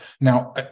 Now